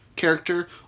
character